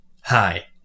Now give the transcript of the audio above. hi